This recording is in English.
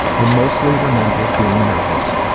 i mostly remember being nervous.